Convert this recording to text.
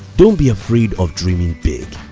don't be afraid of dreaming big.